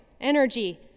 Energy